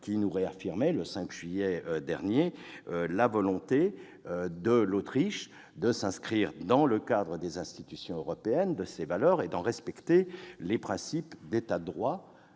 nous, le 5 juillet dernier, la volonté de l'Autriche de s'inscrire dans le cadre des institutions européennes et de ses valeurs et de respecter les principes de l'État de droit.